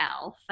elf